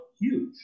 huge